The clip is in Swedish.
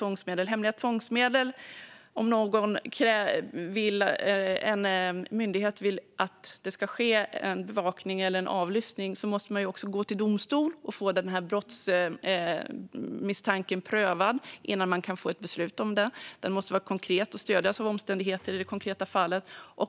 Om en myndighet vill att en bevakning eller en avlyssning ska ske måste den gå till domstol och få brottsmisstanken prövad innan ett beslut om detta kan fattas. Den måste vara konkret och stödjas av omständigheter i det konkreta fallet.